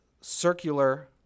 circular